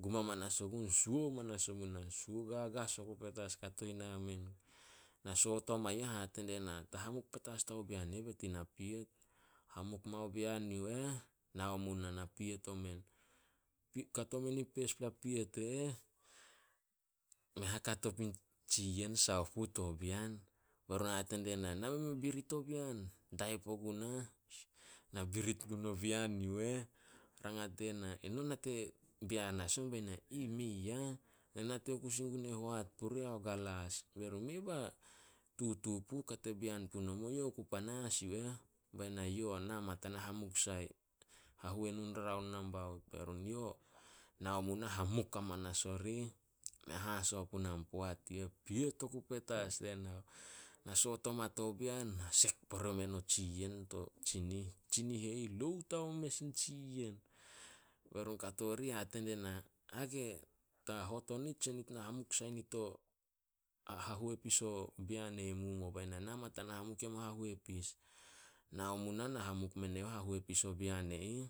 Gum hamanas ogun, suo hamanas omu nah. Suo gagas oku petas kato ina men. Na soot oma yu eh, hate die na, "Ta hamuk petas diao bean e ih be nit i na piet." Hamuk mao bean yu eh, nao mu nah na piet omen. Kato men in peispla piet e eh, mei a hakato pui tsi yen saoh puh to bean. Be run hate die na, "Na meh me habirit o bean." Daib ogunah, na birit gume bean yu eh. Rangat die na, "Eno nate bean as on?" Be na, "Mei ah. Nate oku sin gue hoat purih ao galas." Be run, "Mei ba a tutu puh kate bean punomo. Youh ku panas yu eh." Bae na, "Yo na ma tana hamuk sai, hahuenu in raon nambaut." Be run, "Yo." Nao mu nah hamuk hamanas orih. Mea haso punai poat yu eh. Piet oku petas tena. Na soot oma to bean, hasek pore men o tsi yen to tsinih. Tsinih e ih loud haome mes in tsiyen. Be run kato orih hate die na, "Hage ta hot o nit tsi nit na hamuk sai nit o hahuepis o bean e ih momuo." Bae na, "Na ma tana hamuk yem o hahuepis." Nao mu nah na hamuk men eyouh hahuepis o bean e ih.